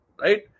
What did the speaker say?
right